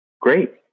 Great